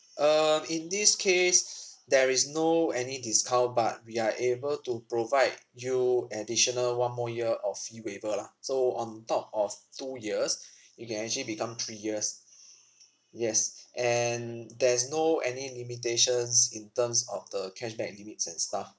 um in this case there is no any discount but we are able to provide you additional one more year of fee waiver lah so on top of two years it can actually become three years yes and there's no any limitations in terms of the cashback limits and stuff